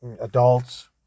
adults